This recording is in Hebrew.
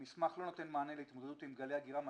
המסמך לא נותן מענה להתמודדות עם גלי הגירה מסיביים,